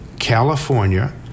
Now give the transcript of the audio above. california